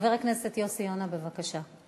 חבר הכנסת יוסי יונה, בבקשה.